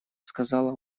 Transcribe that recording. сказала